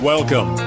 Welcome